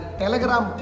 telegram